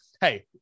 hey